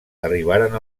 arribaren